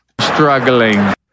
struggling